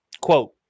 quote